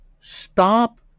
stop